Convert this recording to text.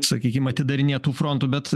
sakykim atidarinėt tų frontu bet